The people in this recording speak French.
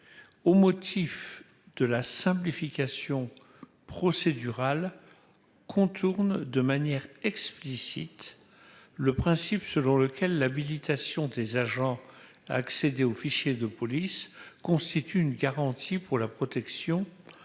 au motif de la simplification procédurale contourne de manière explicite le principe selon lequel l'habilitation des agents accéder aux fichiers de police constitue une garantie pour la protection